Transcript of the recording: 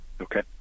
okay